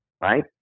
Right